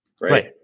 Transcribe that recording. Right